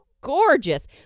gorgeous